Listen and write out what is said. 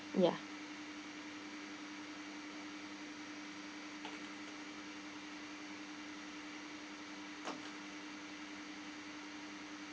ya